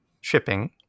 shipping